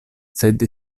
sed